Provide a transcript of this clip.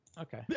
Okay